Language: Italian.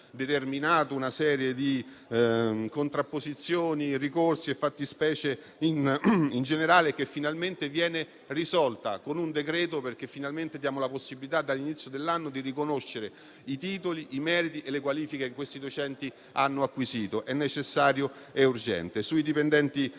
una serie di contrapposizioni, ricorsi e fattispecie in generale, che finalmente viene risolta con un decreto-legge, perché finalmente diamo la possibilità dall'inizio dell'anno di riconoscere i titoli, i meriti e le qualifiche che questi docenti hanno acquisito. Questo è necessario e urgente.